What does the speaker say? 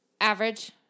Average